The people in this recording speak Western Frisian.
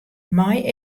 mei